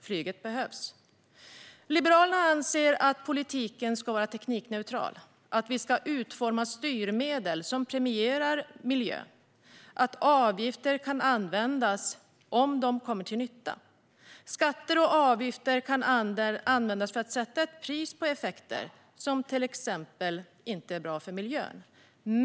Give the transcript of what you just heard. Flyget behövs därför. Liberalerna anser att politiken ska vara teknikneutral, att vi ska utforma styrmedel som premierar miljön samt att avgifter kan användas om de kommer till nytta. Skatter och avgifter kan användas för att sätta ett pris på effekter som till exempel inte är bra för miljön.